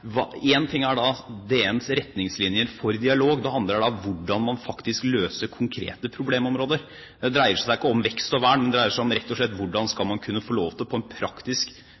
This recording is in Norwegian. DNs retningslinjer for dialog. Det handler om hvordan man faktisk løser konkrete problemområder. Det dreier seg ikke om vekst og vern, men det dreier seg rett og slett om hvordan man på en praktisk og fornuftig måte basert på sunn lokal fornuft skal kunne få lov til